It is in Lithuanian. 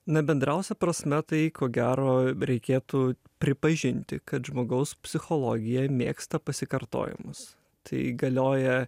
na bendriausia prasme tai ko gero reikėtų pripažinti kad žmogaus psichologija mėgsta pasikartojimus tai galioja